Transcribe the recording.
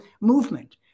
movement